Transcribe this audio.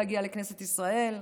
להגיע לכנסת ישראל,